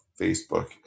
facebook